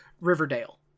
Riverdale